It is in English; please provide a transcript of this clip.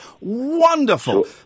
Wonderful